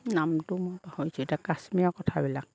নামটো মই পাহৰিছোঁ এতিয়া কাশ্মীৰৰ কথাবিলাক